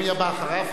מי הבא אחריו?